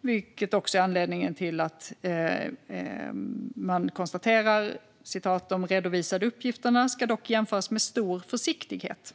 Detta är också anledningen till att man konstaterar: De redovisade uppgifterna ska dock jämföras med stor försiktighet